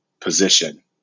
position